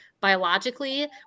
biologically